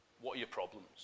what-are-your-problems